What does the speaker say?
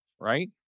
right